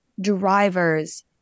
drivers